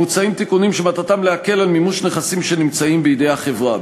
מוצעים תיקונים שמטרתם להקל על מימוש נכסים שנמצאים בידי החברה.